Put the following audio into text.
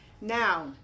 Now